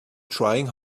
trying